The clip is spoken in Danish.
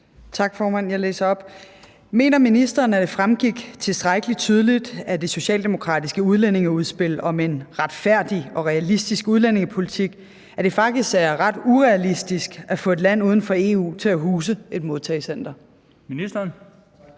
Tak, formand. Jeg læser spørgsmålet op: Mener ministeren, at det fremgik tilstrækkelig tydeligt af det socialdemokratiske udlændingeudspil om en retfærdig og realistisk udlændingepolitik, at det faktisk er ret urealistisk at få et land uden for EU til at huse et modtagecenter? Kl.